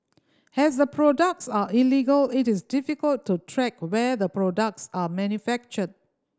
has the products are illegal it is difficult to track where the products are manufactured